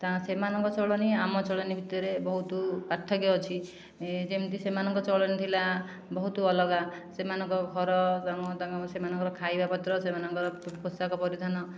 ତା ସେମାନଙ୍କ ଚଳଣି ଆମ ଚଳଣି ଭିତରେ ବହୁତ ପାର୍ଥକ୍ୟ ଅଛି ଏ ଯେମିତି ସେମାନଙ୍କ ଚଳଣି ଥିଲା ବହୁତ ଅଲଗା ସେମାନଙ୍କ ଘର ଆମ ତାଙ୍କ ସେମାନଙ୍କର ଖାଇବା ପତ୍ର ସେମାନଙ୍କର ପୋଷାକ ପରିଧାନ